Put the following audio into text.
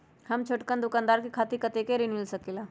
हम छोटकन दुकानदार के खातीर कतेक ऋण मिल सकेला?